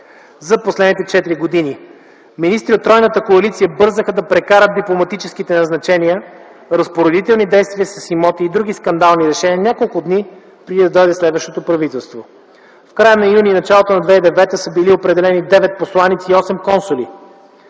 за последните четири години. Министри от тройната коалиция бързаха да прокарат дипломатически назначения, разпоредителни действия с имоти и други скандални решения няколко дни преди да дойде следващото правителство. В края на юни и началото на юли 2009 г. са били определени 9 посланици и 8 консули.